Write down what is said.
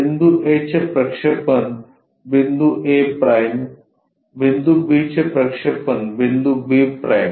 बिंदू A चे प्रक्षेपण बिंदू a' बिंदू B चे प्रक्षेपण बिंदू b'